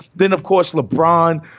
then, of course, lebron,